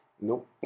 Nope